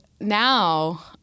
now